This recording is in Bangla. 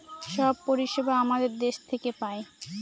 সব পরিষেবা আমাদের দেশ থেকে পায়